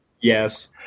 Yes